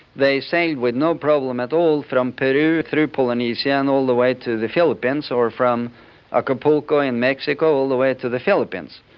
they sailed with no problem at all from but um peru through polynesia and all the way to the philippines, or from acapulco in mexico all the way to the philippines.